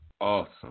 Awesome